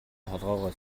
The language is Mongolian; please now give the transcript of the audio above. толгойгоо